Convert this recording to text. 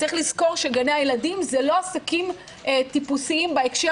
יש לזכור שגני הילדים זה לא עסקים טיפוסיים בהקשר